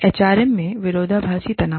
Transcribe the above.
H R M में विरोधाभासी तनाव